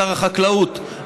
שר החקלאות,